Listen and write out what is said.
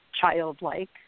childlike